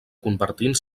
convertint